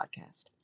Podcast